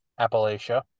Appalachia